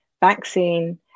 vaccine